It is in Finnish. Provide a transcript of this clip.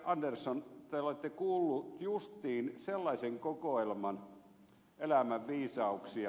andersson te olette kuullut justiin sellaisen kokoelman elämänviisauksia